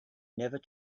never